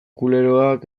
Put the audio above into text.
kuleroak